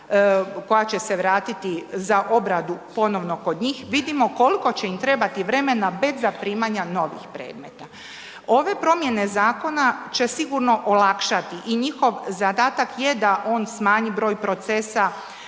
koja će se vratiti za obradu ponovno kod njih, vidimo koliko će im trebati vremena bez zaprimanja novih predmeta. Ove promjene zakona će sigurno olakšati i njihov zadatak je da on smanji broj procesa,